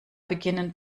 beginnen